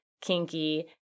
kinky